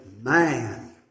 man